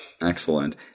Excellent